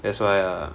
that's why ah